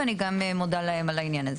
ואני גם מודה להם על העניין הזה.